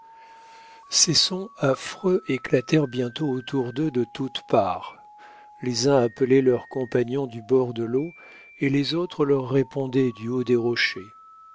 ces sons affreux éclatèrent bientôt autour d'eux de toutes parts les uns appelaient leurs compagnons du bord de l'eau et les autres leur répondaient du haut des rochers